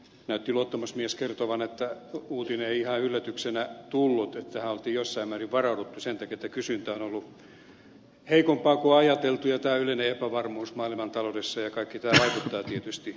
näytti luottamusmies kertovan että uutinen ei ihan yllätyksenä tullut että tähän oltiin jossain määrin varauduttu sen takia että kysyntä on ollut heikompaa kuin on ajateltu ja tämä yleinen epävarmuus maailmantaloudessa ja kaikki tämä vaikuttaa tietysti